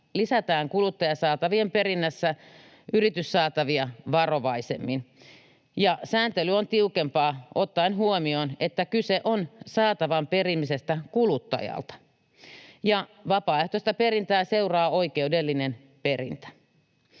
lisätään kuluttajasaatavien perinnässä yrityssaatavia varovaisemmin. Sääntely on tiukempaa ottaen huomioon, että kyse on saatavan perimisestä kuluttajalta. Vapaaehtoista perintää seuraa oikeudellinen perintä.